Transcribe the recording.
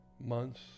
months